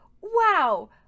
Wow